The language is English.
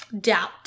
doubt